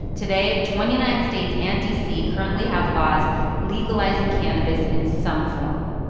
today, twenty nine states and d c. currently have laws legalizing cannabis in some form